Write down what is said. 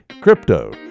Crypto